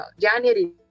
January